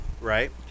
Right